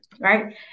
right